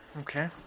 Okay